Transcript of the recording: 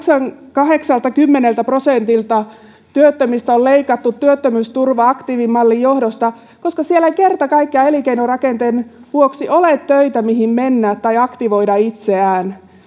kahdeksaltakymmeneltä prosentilta työttömistä on leikattu työttömyysturvaa aktiivimallin johdosta koska siellä ei kerta kaikkiaan elinkeinorakenteen vuoksi ole töitä mihin mennä ja aktivoida itseään